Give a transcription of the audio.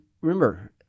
remember